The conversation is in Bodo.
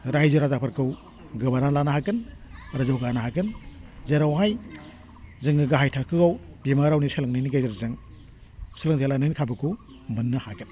रायजो राजाफोरखौ गोबाना लानो हागोन आरो जौगानो हागोन जेरावहाय जोङो गाहाय थाखोआव बिमा रावनि सोलोंनायनि गेजेरजों सोलोंथाइ लानायनि खाबुखौ मोन्नो हागोन